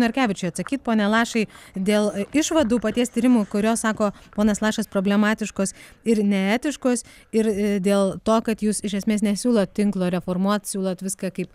narkevičiui atsakyti pone lašai dėl išvadų paties tyrimo kuriuo sako ponas lašas problematiškos ir neetiškos ir dėl to kad jus iš esmės nesiūlot tinklo reformuot siūlot viską kaip